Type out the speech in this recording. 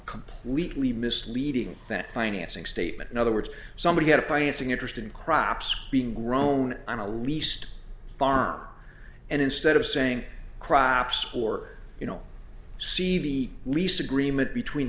completely misleading that financing statement in other words somebody had a financing interest in crops being grown on a least farm and instead of saying crops or you know see the lease agreement between